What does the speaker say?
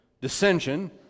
dissension